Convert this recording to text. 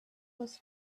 was